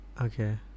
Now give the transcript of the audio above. okay